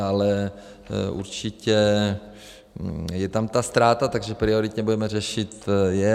Ale určitě je tam ta ztráta, takže prioritně budeme řešit je.